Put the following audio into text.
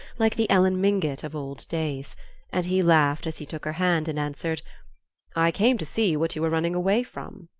like the ellen mingott of old days and he laughed as he took her hand, and answered i came to see what you were running away from.